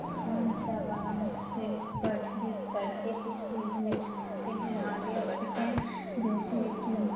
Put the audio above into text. ہم سب آرام سے پڑھ لکھ کر کے کچھ بزنس کرتے ہیں آگے بڑھتے ہیں جیسے کہ